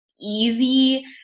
easy